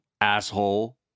asshole